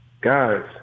Guys